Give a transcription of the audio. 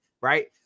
right